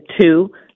Two